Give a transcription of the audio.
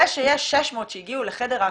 זה שיש 600 שהגיעו לחדר האקוטי,